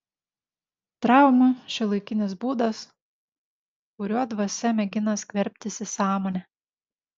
trauma šiuolaikinis būdas kuriuo dvasia mėgina skverbtis į sąmonę